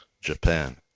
Japan